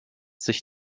sich